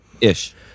ish